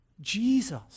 Jesus